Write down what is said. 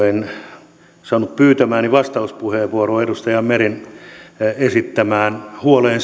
en saanut pyytämääni vastauspuheenvuoroa edustaja meren esittämään huoleen